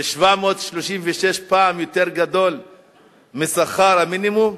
ו-736 פעם יותר גדול משכר המינימום.